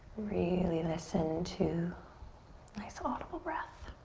really listen to nice audible breath.